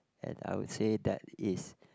and I would say that is